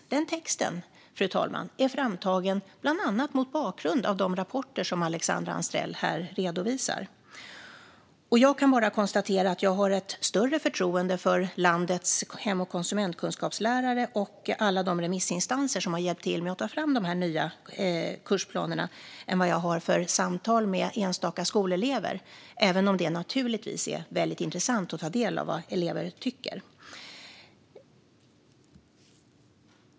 Denna text, fru talman, är framtagen bland annat mot bakgrund av de rapporter som Alexandra Anstrell här redovisar. Jag kan bara konstatera att jag har större förtroende för landets hem och konsumentkunskapslärare och alla de remissinstanser som har hjälpt till att ta fram de nya kursplanerna än jag har för samtal med enstaka skolelever, även om det naturligtvis är väldigt intressant att ta del av vad elever tycker.